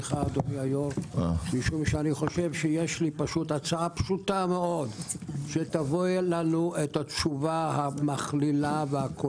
משום שיש לי הצעה פשוטה מאוד שתביא לנו את התשובה הכוללת,